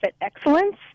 excellence